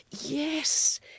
Yes